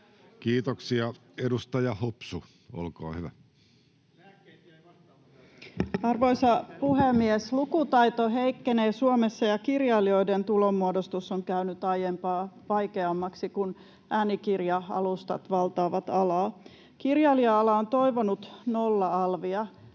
Ovaska kesk) Time: 16:37 Content: Arvoisa puhemies! Lukutaito heikkenee Suomessa, ja kirjailijoiden tulonmuodostus on käynyt aiempaa vaikeammaksi, kun äänikirja-alustat valtaavat alaa. Kirjailija-ala on toivonut nolla-alvia,